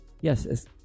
yes